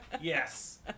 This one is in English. Yes